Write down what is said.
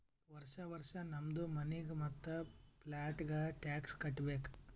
ವರ್ಷಾ ವರ್ಷಾ ನಮ್ದು ಮನಿಗ್ ಮತ್ತ ಪ್ಲಾಟ್ಗ ಟ್ಯಾಕ್ಸ್ ಕಟ್ಟಬೇಕ್